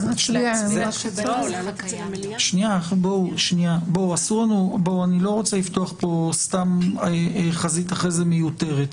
אני לא רוצה לפתוח אחרי זה חזית מיותרת.